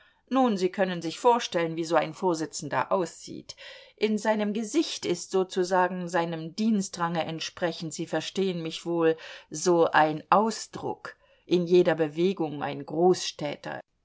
nun sie können sich vorstellen wie so ein vorsitzender aussieht in seinem gesicht ist sozusagen seinem dienstrange entsprechend sie verstehen mich wohl so ein ausdruck in jeder bewegung ein großstädter